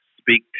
speak